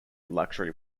luxury